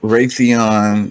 Raytheon